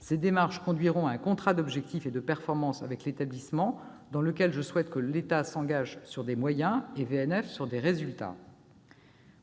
Ces démarches conduiront à un contrat d'objectifs et de performance avec l'établissement, dans lequel je souhaite que l'État s'engage sur des moyens, et VNF sur des résultats.